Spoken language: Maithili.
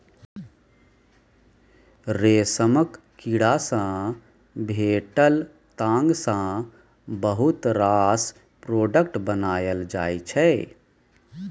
रेशमक कीड़ा सँ भेटल ताग सँ बहुत रास प्रोडक्ट बनाएल जाइ छै